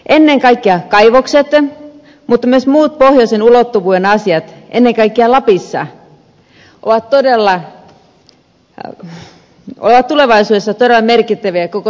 ennen kaikkea kaivokset mutta myös muut pohjoisen ulottuvuuden asiat ennen kaikkea lapissa ovat tulevaisuudessa todella merkittäviä koko suomelle